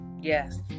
yes